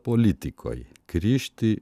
politikoj grįžti